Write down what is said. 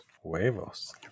Huevos